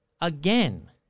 Again